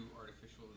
artificial